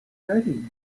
ready